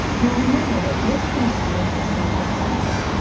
now remember that both of these examples were recessive.